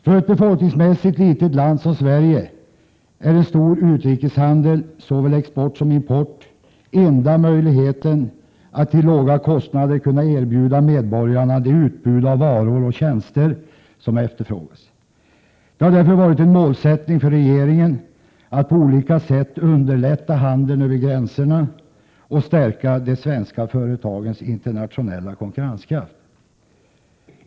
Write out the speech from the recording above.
För ett befolkningsmässigt litet land som Sverige är en stor utrikeshandel, såväl export som import, enda möjligheten att till låga kostnader kunna erbjuda medborgarna ett utbud av de varor och tjänster som efterfrågas. Det har därför varit en målsättning för regeringen att på olika sätt underlätta handeln över gränserna och stärka de svenska företagens internationella konkurrenskraft.